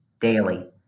daily